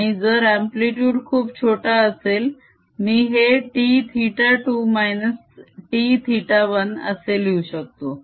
आणि जर अम्प्लीतुड खूप छोटा असेल मी हे T θ 2 -T θ 1 असे लिहू शकतो